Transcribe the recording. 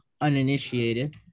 uninitiated